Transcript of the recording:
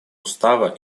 устава